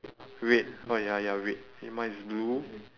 red oh ya ya red then mine is blue